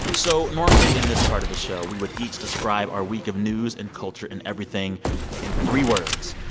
so normally in this part of the show, we would each describe our week of news and culture and everything in three words.